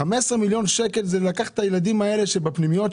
15 מיליון שקלים זה לקחת את הילדים האלה שבפנימיות,